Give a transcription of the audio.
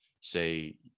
say